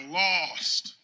lost